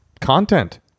content